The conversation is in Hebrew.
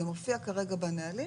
זה מופיע כרגע בנהלים,